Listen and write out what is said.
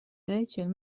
ریچل